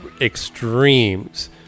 extremes